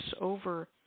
over